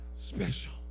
Special